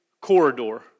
corridor